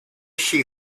she